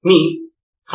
నితిన్ కురియన్ అవును